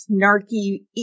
snarky